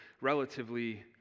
relatively